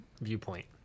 viewpoint